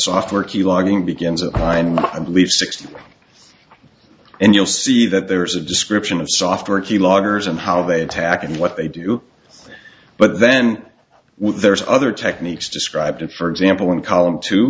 software keylogging begins a time i believe six and you'll see that there's a description of software key loggers and how they attack and what they do but then there's other techniques described for example in column t